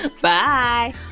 Bye